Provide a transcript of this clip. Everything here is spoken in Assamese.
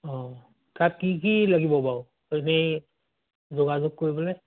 অঁ তাত কি কি লাগিব বাৰু এনেই যোগাযোগ কৰিবলৈ